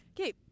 okay